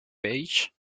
paige